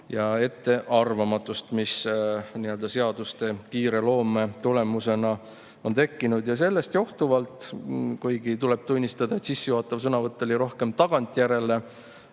ja ettearvamatust, mis seaduste kiire loome tulemusena on tekkinud. Sellest johtuvalt, kuigi tuleb tunnistada, et sissejuhatav sõnavõtt oli rohkem tagantjärele,